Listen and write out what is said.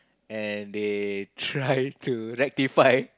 and they try to rectify